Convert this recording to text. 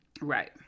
Right